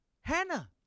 Hannah